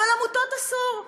אבל עמותות אסור.